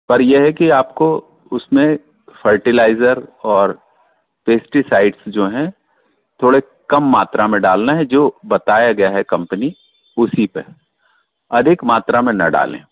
पर ये है कि आपको उसमें फर्टिलाइज़र और पेस्टीसाइड्स जो हैं थोड़े कम मात्रा में डालना है जो बताया गया है कंपनी उसी पे अधिक मात्रा में ना डालें